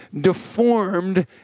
deformed